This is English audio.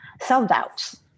self-doubts